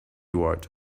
ward